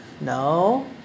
No